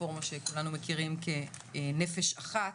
הרפורמה שכולנו מכירים כ"נפש אחת".